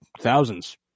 thousands